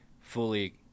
fully